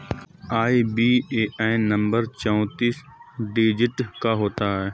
IBAN number चौतीस digit का होता है